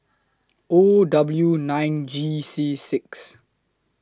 O W nine G C six